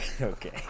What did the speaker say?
Okay